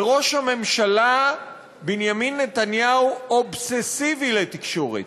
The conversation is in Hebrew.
וראש הממשלה בנימין נתניהו אובססיבי לתקשורת.